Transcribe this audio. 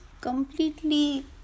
completely